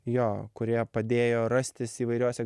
jo kurie padėjo rastis įvairiose